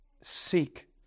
seek